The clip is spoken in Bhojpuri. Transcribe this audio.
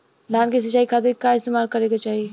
धान के सिंचाई खाती का इस्तेमाल करे के चाही?